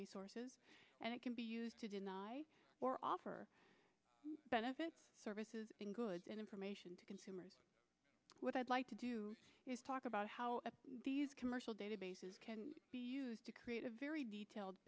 resources and it can be used to deny or offer benefit services and goods and information to consumers what i'd like to do is talk about how these commercial databases can be used to create a very detailed